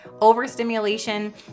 overstimulation